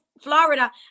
florida